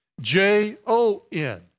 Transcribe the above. J-O-N